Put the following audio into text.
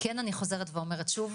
כן אני חוזרת ואומרת שוב,